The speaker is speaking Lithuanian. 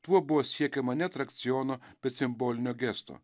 tuo bus siekiama ne atrakciono bet simbolinio gesto